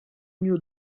new